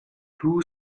two